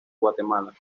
guatemala